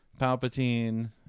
Palpatine